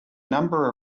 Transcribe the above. number